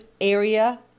area